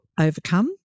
overcome